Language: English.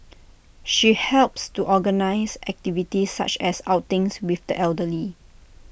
she helps to organise activities such as outings with the elderly